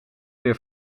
weer